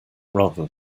rather